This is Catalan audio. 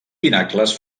pinacles